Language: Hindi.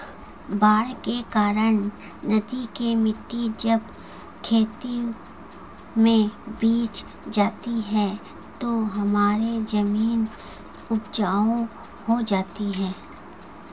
बाढ़ के कारण नदी की मिट्टी जब खेतों में बिछ जाती है तो हमारी जमीन उपजाऊ हो जाती है